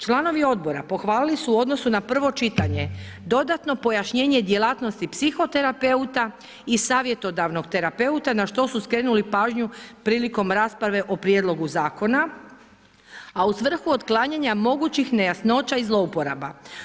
Članovi Odbora pohvalili su u odnosu na prvo čitanje dodatno pojašnjenje djelatnosti psihoterapeuta i savjetodavnog terapeuta na što su skrenuli pažnju prilikom rasprave o prijedlogu Zakona, a u svrhu otklanjanja mogućih nejasnoća i zlouporaba.